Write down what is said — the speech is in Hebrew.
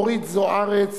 אורית זוארץ,